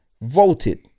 voted